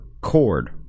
cord